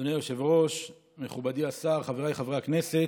אדוני היושב-ראש, מכובדי השר, חבריי חברי הכנסת,